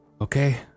Okay